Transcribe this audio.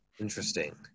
interesting